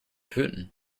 putin